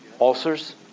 Ulcers